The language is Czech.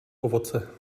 ovoce